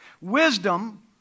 Wisdom